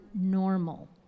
normal